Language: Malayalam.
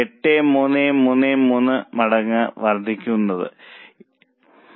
83333 മടങ്ങ് വർദ്ധനവുണ്ടാകുന്നത്